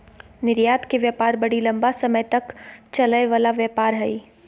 निर्यात के व्यापार बड़ी लम्बा समय तक चलय वला व्यापार हइ